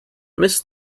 miss